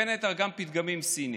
בין היתר גם פתגמים סיניים.